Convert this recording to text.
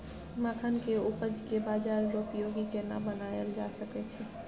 मखान के उपज के बाजारोपयोगी केना बनायल जा सकै छै?